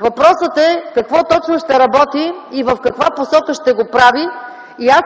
Въпросът е какво точно ще работи и в каква посока ще го прави.